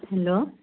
hello